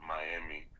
Miami